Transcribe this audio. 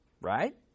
right